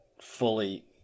fully